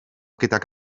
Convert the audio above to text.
gydag